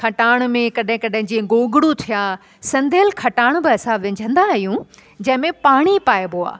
खटाण में जे कॾहिं कॾहिं जीअं गोगड़ू थिया सधंयल खटाण बि असां विझंदा आहियूं जंहिंमें पाणी पाइबो आहे